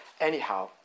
Anyhow